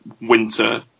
Winter